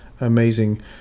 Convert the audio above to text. Amazing